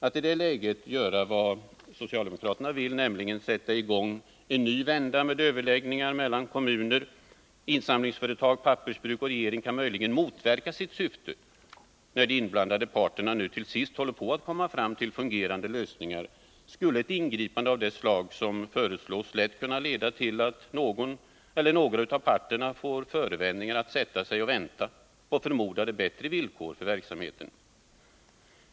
Att i det läget göra vad socialdemokraterna vill, nämligen sätta i gång en ny vända med överläggningar mellan kommuner, insamlingsföretag, pappersbruk och regering, kan möjligen motverka sitt syfte. När de inblandade parterna nu till sist håller på att komma fram till fungerande lösningar skulle ett ingripande av det slag socialdemokraterna föreslår lätt kunna leda till att någon eller några av parterna får förevändningar att sätta sig och vänta på förmodade bättre villkor för verksamheten.